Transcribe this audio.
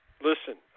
listen